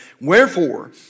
Wherefore